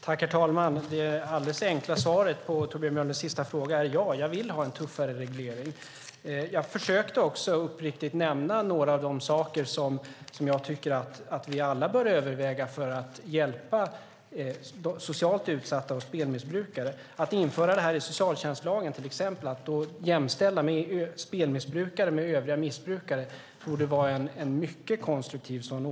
Herr talman! Det enkla svaret på Torbjörn Björlunds sista fråga är ja, jag vill ha en tuffare reglering. Jag försökte uppriktigt nämna några av de saker som jag tycker att vi alla bör överväga för att hjälpa socialt utsatta och spelmissbrukare, till exempel genom att införa detta i socialtjänstlagen och därmed jämställa spelmissbrukare med övriga missbrukare. Det torde vara en mycket konstruktiv åtgärd.